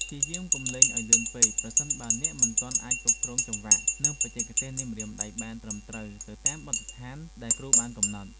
ព្យាយាមកុំលេងឱ្យលឿនពេកប្រសិនបើអ្នកមិនទាន់អាចគ្រប់គ្រងចង្វាក់ និងបច្ចេកទេសនៃម្រាមដៃបានត្រឹមត្រូវទៅតាមបទដ្ឋានដែលគ្រូបានកំណត់។